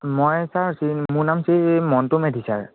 মই ছাৰ শ্ৰী মোৰ নাম শ্ৰী মণ্টু মেধি ছাৰ